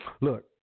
Look